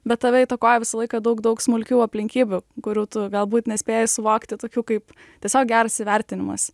bet tave įtakoja visą laiką daug daug smulkių aplinkybių kurių tu galbūt nespėji suvokti tokių kaip tiesiog geras įvertinimas